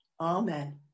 Amen